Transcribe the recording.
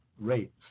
rates